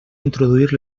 introduir